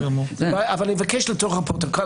אבל אני מבקש לתוך הפרוטוקול,